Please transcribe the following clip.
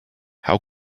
how